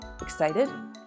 Excited